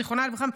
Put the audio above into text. זיכרונו לברכה,